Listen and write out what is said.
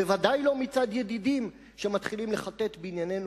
בוודאי לא מצד ידידים שמתחילים לחטט בעניינינו